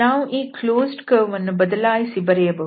ನಾವು ಈ closed curve ಅನ್ನು ಬದಲಾಯಿಸಿ ಬರೆಯಬಹುದು